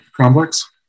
complex